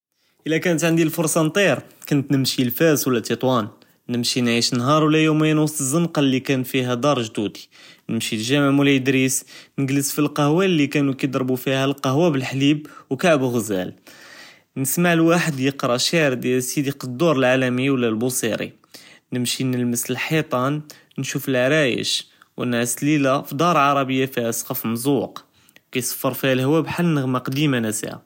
אילא כאנת ענדִי לפרצ׳ה נטיר כנת נשמי לפאס ו לא טיטואן נמשי נעיםש נהאר ו לא יומין ווסט לזנקה לי כאן פיהא דאר ג׳דודי נמשי לג׳אמע מולאי דריס נקְלס פי לקהווה לי כאנו כידרבו פיהא לקהווה בלה׳ליב ו כאעב לְע׳זאל, נשמע לואחד לי יקרא שער דיאל סידי קדור אלעאלמי ו לא לבצירי נמשי נלמס לחיטאן נשוף לעראיש ננעס לילה פי דאר עראביה פיהא סקף מזווּק כיצפר פיהא להוואא בהאל נְע׳מה קדימה נְסיהא.